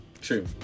True